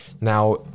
Now